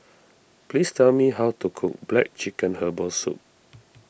please tell me how to cook Black Chicken Herbal Soup